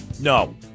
No